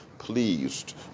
pleased